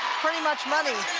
pretty much money